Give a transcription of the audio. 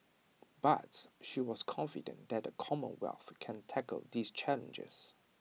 but she was confident that the commonwealth can tackle these challenges